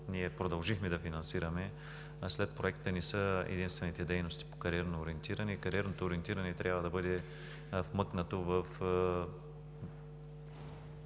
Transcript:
които продължихме да финансираме, след Проекта не са единствените дейности по кариерно ориентиране. То трябва да бъде вмъкнато в